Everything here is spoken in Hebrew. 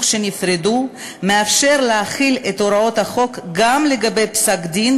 שנפרדו מאפשר להחיל את הוראות החוק גם לגבי פסק-דין